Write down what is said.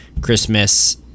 Christmas